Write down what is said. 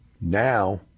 Now